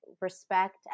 respect